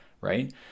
right